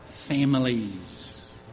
families